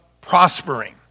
prospering